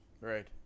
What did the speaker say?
Right